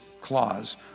clause